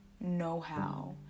know-how